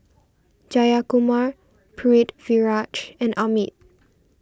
Jayakumar Pritiviraj and Amit